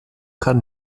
kann